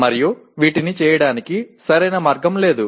మరియు వీటిని చేయడానికి సరైన మార్గం లేదు